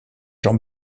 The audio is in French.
jean